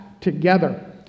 together